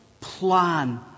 plan